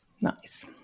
Nice